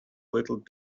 little